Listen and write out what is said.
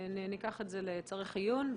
ניקח את זה לצריך עיון.